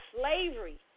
slavery